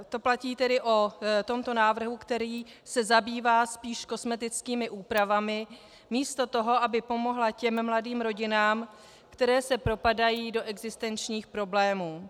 To platí tedy o tomto návrhu, který se zabývá spíš kosmetickými úpravami místo toho, aby pomohl těm mladým rodinám, které se propadají do existenčních problémů.